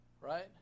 right